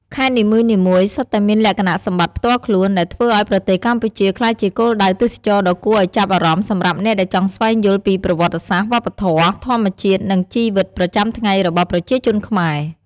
ខេត្តនីមួយៗសុទ្ធតែមានលក្ខណៈសម្បត្តិផ្ទាល់ខ្លួន ដែលធ្វើឱ្យប្រទេសកម្ពុជាក្លាយជាគោលដៅទេសចរណ៍ដ៏គួរឱ្យចាប់អារម្មណ៍សម្រាប់អ្នកដែលចង់ស្វែងយល់ពីប្រវត្តិសាស្ត្រ វប្បធម៌ ធម្មជាតិ និងជីវិតប្រចាំថ្ងៃរបស់ប្រជាជនខ្មែរ។